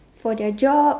for their job